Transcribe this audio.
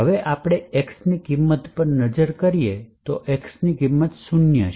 હવે આપણે x ની કિંમત પર નજર કરીએ અને xની કિંમત શૂન્ય હશે